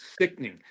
sickening